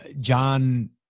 John